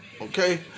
Okay